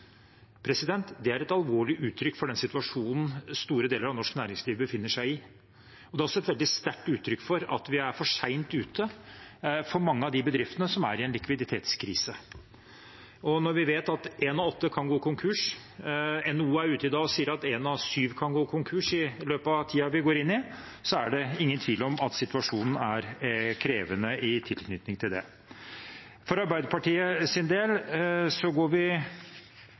Det er et alvorlig uttrykk for den situasjonen store deler av norsk næringsliv befinner seg i. Det er også et veldig sterkt uttrykk for at vi er for sent ute for mange av de bedriftene som er i en likviditetskrise. Når vi vet at én av åtte kan gå konkurs – NHO sier i dag at én av syv kan gå konkurs i løpet av den tiden vi går inn i – er det ingen tvil om at denne situasjonen er krevende. For Arbeiderpartiets del støtter vi forslag nr. 6, fra SV, i tillegg til innstillingen, som vi